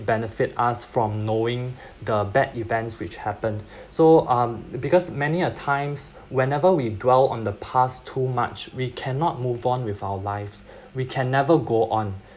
benefit us from knowing the bad events which happened so um because many a times whenever we dwell on the past too much we cannot move on with our lives we can never go on